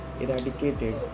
eradicated